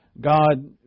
God